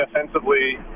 offensively